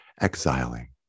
exiling